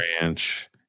ranch